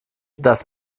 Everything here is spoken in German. das